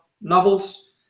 novels